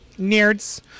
Nerds